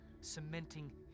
cementing